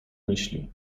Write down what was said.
myśli